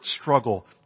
struggle